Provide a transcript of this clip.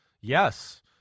Yes